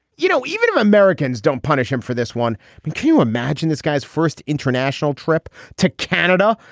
you know, even if americans don't punish him for this one. can can you imagine this guy's first international trip to canada,